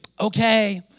Okay